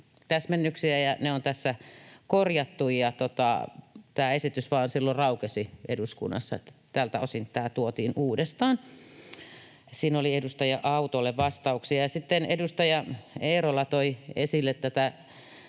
täsmennyksiä, ja ne on tässä korjattu. Tämä esitys vain silloin raukesi eduskunnassa, ja tältä osin tämä tuotiin uudestaan. Siinä oli edustaja Autolle vastauksia. Edustaja Eerola toi esille tätä